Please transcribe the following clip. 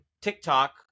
TikTok